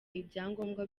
ibyangombwa